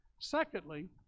secondly